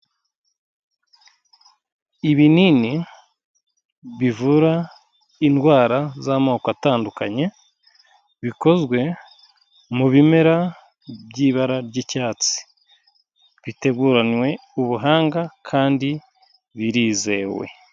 Ibinini bivura indwara z'amoko atandukanye, bikozwe mu bimera by'ibara ry'icyatsi, biteguranywe ubuhanga kandi birizewe.